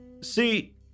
See